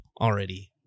already